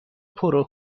پرو